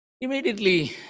Immediately